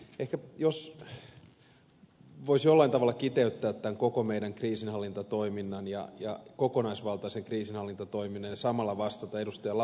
ehkä jos voisi jollain tavalla kiteyttää tämän koko meidän kriisinhallintatoiminnan ja kokonaisvaltaisen kriisinhallintatoiminnan ja samalla vastata ed